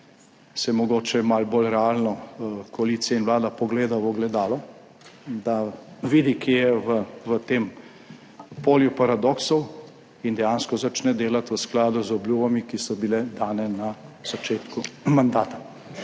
da se mogoče malo bolj realno koalicija in vlada pogledata v ogledalo, da vidita, kje sta v tem polju paradoksov, in dejansko začneta delati v skladu z obljubami, ki so bile dane na začetku mandata.